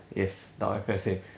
yes loud and clear same